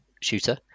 shooter